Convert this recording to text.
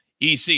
EC